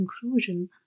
conclusion